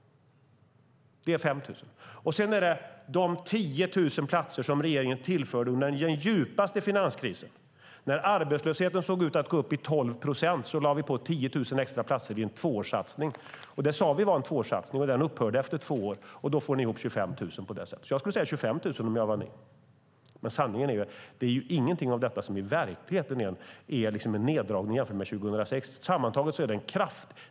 Det är 5 000 platser. Sedan är det de 10 000 platser som regeringen tillförde under den djupaste finanskrisen. När arbetslösheten såg ut att gå upp i 12 procent lade vi på 10 000 extra platser i en tvåårssatsning som vi sade var en tvåårssatsning. Den upphörde efter två år. På det sättet får man ihop 25 000 platser, så jag skulle säga 25 000 om jag var ni. Men sanningen är ju att inget av detta är en neddragning i verkligheten jämfört med 2006.